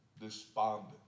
despondent